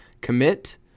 commit